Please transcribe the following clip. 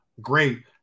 great